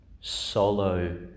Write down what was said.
solo